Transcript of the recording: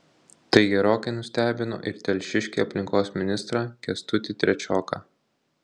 tai gerokai nustebino ir telšiškį aplinkos ministrą kęstutį trečioką